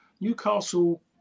Newcastle